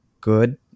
good